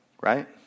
Right